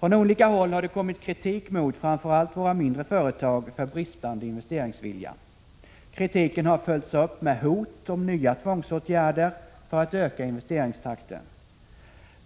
Från olika håll har det kommit kritik mot framför allt våra mindre företag för bristande investeringsvilja. Kritiken har följts upp med hot om nya tvångsåtgärder för att öka investeringstakten.